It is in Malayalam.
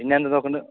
പിന്നെന്ത് നോക്കണ്ടെ